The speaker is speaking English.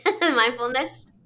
mindfulness